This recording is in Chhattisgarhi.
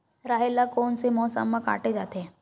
राहेर ल कोन से मौसम म काटे जाथे?